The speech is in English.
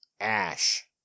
ash